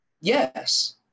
Yes